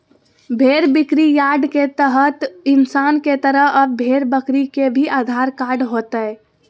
भेड़ बिक्रीयार्ड के तहत इंसान के तरह अब भेड़ बकरी के भी आधार कार्ड होतय